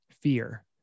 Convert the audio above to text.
fear